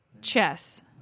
Chess